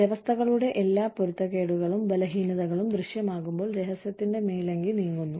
വ്യവസ്ഥകളുടെ എല്ലാ പൊരുത്തക്കേടുകളും ബലഹീനതകളും ദൃശ്യമാകുമ്പോൾ രഹസ്യത്തിന്റെ മേലങ്കി നീങ്ങുന്നു